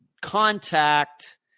contact